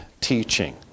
teaching